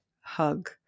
hug